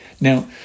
Now